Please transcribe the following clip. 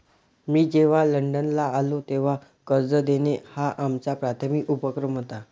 मी जेव्हा लंडनला आलो, तेव्हा कर्ज देणं हा आमचा प्राथमिक उपक्रम होता